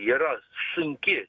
yra sunki